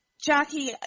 Jackie